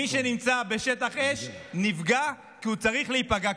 מי שנמצא בשטח אש נפגע כי הוא צריך להיפגע,